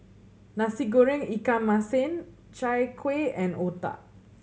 Nasi Goreng ikan masin Chai Kueh and otah